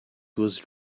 was